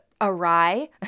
awry